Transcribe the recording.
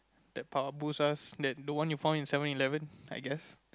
that power boosts us that the one you found in Seven-Eleven I guess